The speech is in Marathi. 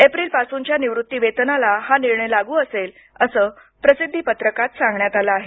एप्रिलपासूनच्या निवृत्तिवेतनाला हा निर्णय लागू असेल असं प्रसिद्दीपत्रकात सांगण्यात आलं आहे